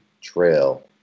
trail